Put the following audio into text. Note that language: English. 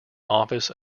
office